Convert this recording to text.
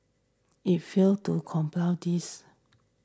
it failed to comply this